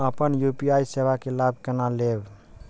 हम अपन यू.पी.आई सेवा के लाभ केना लैब?